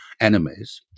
enemies